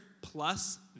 plus